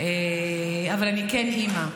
אבל אני כן אימא.